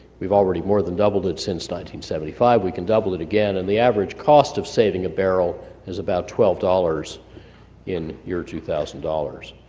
we've already more than doubled it since one seventy five. we can double it again and the average cost of saving a barrel is about twelve dollars in your two thousand dollars.